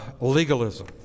legalism